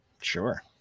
Sure